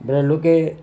ବୋଲେ ଲୋକେ